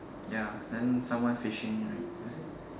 ya then someone fishing right is it